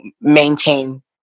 maintain